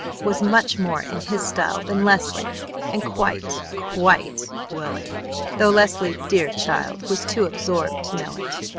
was much more in his style than leslie and quite, quite willing though leslie, dear child, was too absorbed to know it.